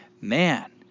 man